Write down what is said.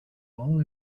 all